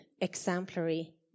exemplary